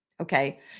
Okay